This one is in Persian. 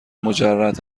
مجرد